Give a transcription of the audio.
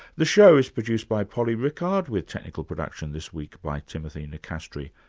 the show is produced by polly rickard with technical production this week by timothy nicastri.